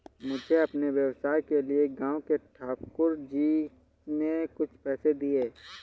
मुझे अपने व्यवसाय के लिए गांव के ठाकुर जी ने कुछ पैसे दिए हैं